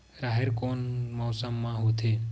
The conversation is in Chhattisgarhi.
राहेर कोन मौसम मा होथे?